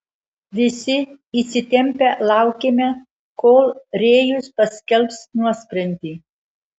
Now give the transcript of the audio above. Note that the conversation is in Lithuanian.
visi įsitempę laukėme kol rėjus paskelbs nuosprendį